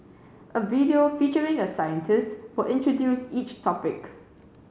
a video featuring a scientist will introduce each topic